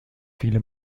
viele